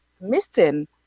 missing